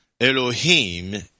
Elohim